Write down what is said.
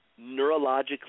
neurologically